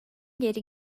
geri